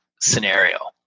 scenario